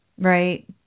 Right